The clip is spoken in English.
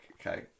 okay